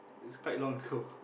it's quite long ago